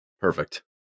Perfect